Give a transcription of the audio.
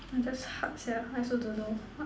ah that's hard sia I also don't know